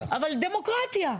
אבל דמוקרטיה,